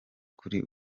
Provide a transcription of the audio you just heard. kuri